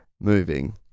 moving